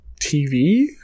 tv